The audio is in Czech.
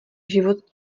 život